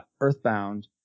earthbound